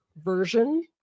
version